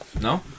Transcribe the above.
No